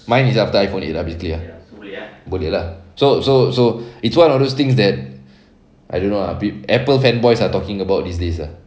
mine is after iPhone eight lah basically boleh ah so so so it's one of those things that I don't know ah Apple fan boys are talking about these days ah